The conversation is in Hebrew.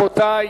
רבותי,